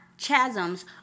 chasms